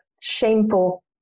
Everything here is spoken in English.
shameful